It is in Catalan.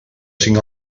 cinc